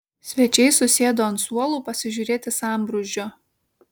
svečiai susėdo ant suolų pasižiūrėti sambrūzdžio